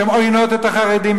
שהן עוינות את החרדים,